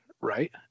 right